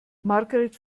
margret